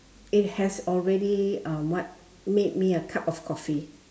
it has already um what made me a cup of coffee